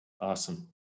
Awesome